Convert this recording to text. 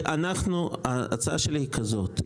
ההצעה שלי היא כזאת.